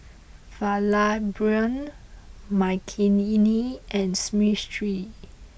Vallabhbhai Makineni and Smriti